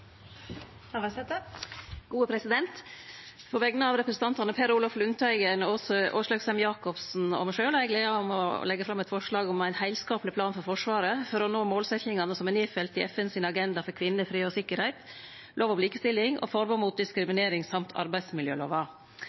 På vegner av representantane Per Olaf Lundteigen, Åslaug Sem-Jacobsen og meg sjølv har eg gleda av å setje fram eit forslag om å utarbeide ein heilskapleg plan for Forsvaret for å nå målsetjingane som er nedfelte i FN sin Agenda for kvinner, fred og sikkerheit, lov om likestilling og forbod mot diskriminering og arbeidsmiljølova.